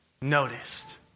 noticed